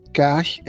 cash